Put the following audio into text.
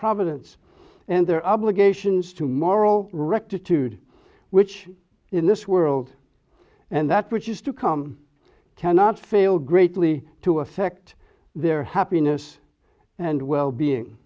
providence and their obligations to moral rectitude which in this world and that which is to come cannot fail greatly to affect their happiness and well being